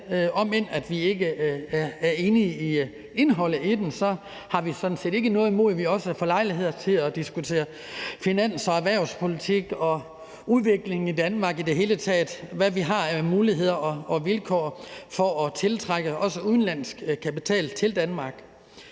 om end vi ikke er enige i indholdet i det. Vi har sådan set ikke noget imod, at vi får lejlighed til at diskutere finans- og erhvervspolitik og udviklingen i Danmark i det hele taget, og hvad vi har af muligheder og vilkår for at tiltrække udenlandsk kapital til Danmark.